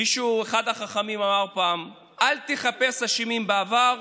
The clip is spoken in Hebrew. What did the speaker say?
מישהו, אחד החכמים, אמר הפעם: אל תחפש אשמים בעבר,